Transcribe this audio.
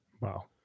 Wow